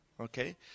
Okay